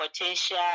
potential